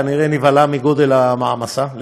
כנראה נבהלה מגודל המעמסה,